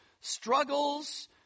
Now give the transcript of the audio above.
struggles